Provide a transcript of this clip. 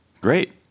Great